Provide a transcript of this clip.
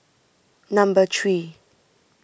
number three